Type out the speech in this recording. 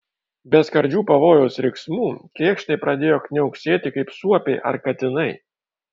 be skardžių pavojaus riksmų kėkštai pradėjo kniauksėti kaip suopiai ar katinai